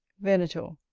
venator.